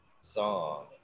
song